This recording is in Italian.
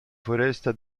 foresta